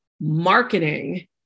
marketing